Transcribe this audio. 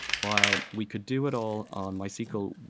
while we could do it all on mysql,